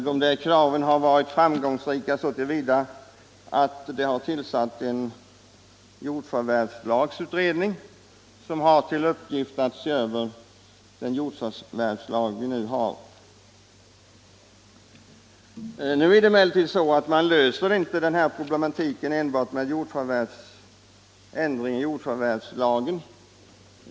Dessa krav har varit framgångsrika så till vida att det har tillsatts en utredning som har till uppgift att se över den jordförvärvslag vi nu har. Man löser emellertid inte den här problematiken enbart med ändringar i jordförvärvslagen.